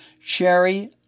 Sherry